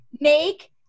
make